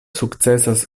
sukcesas